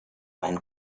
einen